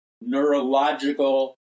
neurological